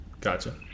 Gotcha